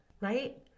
right